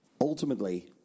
Ultimately